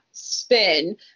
Spin